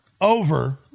over